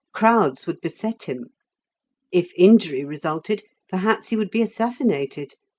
crowds would beset him if injury resulted, perhaps he would be assassinated.